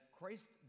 Christ